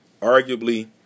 arguably